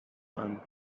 one